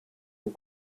aux